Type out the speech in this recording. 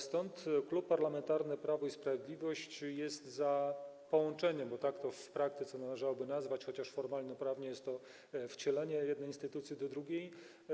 Stąd Klub Parlamentarny Prawo i Sprawiedliwość jest za tym połączeniem, bo tak to w praktyce należałoby nazwać, chociaż formalnoprawnie jest to wcielenie jednej instytucji do drugiej.